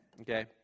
Okay